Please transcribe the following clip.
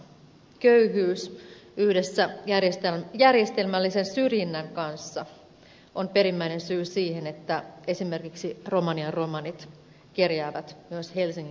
köyhyys yhdessä järjestelmällisen syrjinnän kanssa on perimmäinen syy siihen että esimerkiksi romanian romanit kerjäävät myös helsingin kaduilla